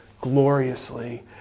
gloriously